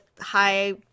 high